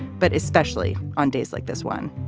but especially on days like this one.